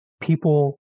people